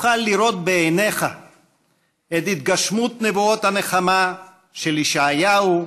תוכל לראות בעיניך את התגשמות נבואות הנחמה של ישעיהו,